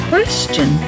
Question